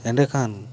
ᱮᱸᱰᱮᱠᱷᱟᱱ